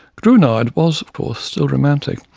gruinard was of course still romantic,